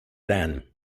then